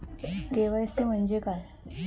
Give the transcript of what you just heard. KYC म्हणजे काय?